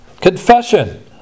Confession